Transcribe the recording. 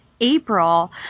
April